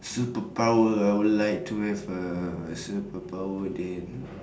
superpower I would like to have a superpower that